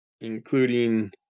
including